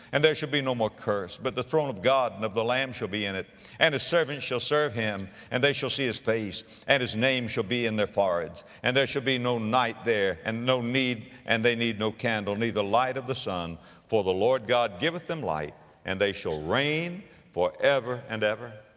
and there shall be no more curse but the throne of god and of the lamb shall be in it and his servants shall serve him and they shall see his face and his name shall be in their foreheads. and there shall be no night there and no need, and they need no candle, neither light of the sun for the lord god giveth them light and they shall reign for ever and ever.